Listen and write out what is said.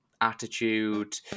attitude